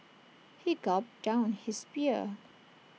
he gulped down his beer